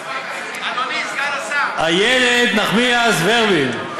אדוני סגן השר, איילת נחמיאס ורבין.